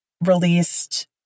released